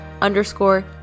underscore